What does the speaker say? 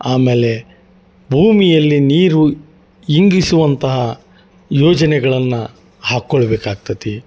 ಆಮೇಲೆ ಭೂಮಿಯಲ್ಲಿ ನೀರು ಇಂಗಿಸುವಂತಹ ಯೋಜನೆಗಳನ್ನು ಹಾಕೊಳ್ಳಬೇಕಾಗ್ತತಿ